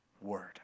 word